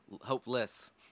hopeless